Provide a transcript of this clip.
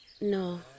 No